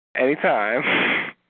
Anytime